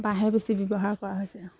বাঁহে বেছি ব্যৱহাৰ কৰা হৈছে